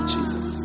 Jesus